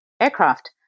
aircraft